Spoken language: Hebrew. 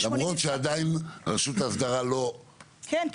למרות שעדיין רשות האסדרה לא --- כן,